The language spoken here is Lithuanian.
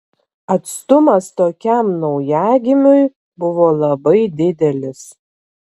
atstumas tokiam naujagimiui buvo labai didelis